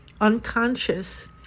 unconscious